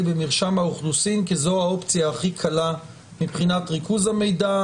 במרשם האוכלוסין כי זאת האופציה הכי קלה מבחינת ריכוז המידע,